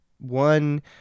one